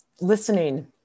listening